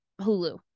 hulu